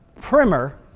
primer